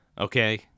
Okay